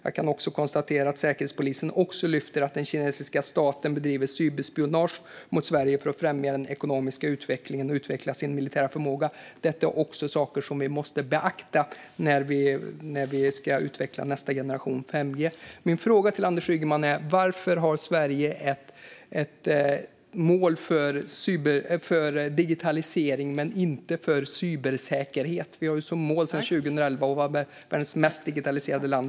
Jag kan också konstatera att Säkerhetspolisen också lyfter att den kinesiska staten bedriver cyberspionage mot Sverige för att främja den ekonomiska utvecklingen och utveckla sin militära förmåga. Detta är också saker som vi måste beakta när vi ska utveckla nästa generation, alltså 5G. Min fråga till Anders Ygeman är: Varför har Sverige ett mål för digitalisering men inte för cybersäkerhet? Vi har ju sedan 2011 som mål att vara världens mest digitaliserade land.